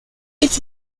est